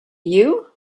you